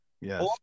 yes